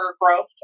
growth